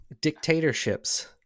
Dictatorships